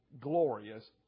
glorious